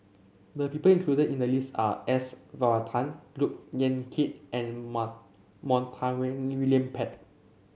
the people included in the list are S Varathan Look Yan Kit and mar Montague William Pett